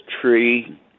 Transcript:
tree